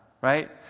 right